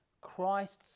Christ's